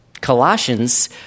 Colossians